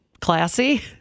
classy